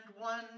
one